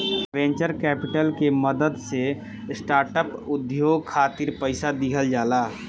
venture capital के मदद से स्टार्टअप उद्योग खातिर पईसा दिहल जाला